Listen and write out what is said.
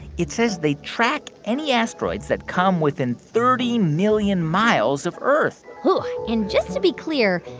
it says they track any asteroids that come within thirty million miles of earth and just to be clear,